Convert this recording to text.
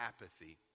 apathy